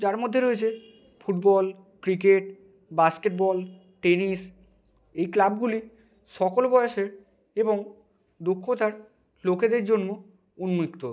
যার মধ্যে রয়েছে football cricket basketball tennis এই ক্লাবগুলি সকল বয়েসের এবং দক্ষতার লোকেদের জন্য উন্মিক্ত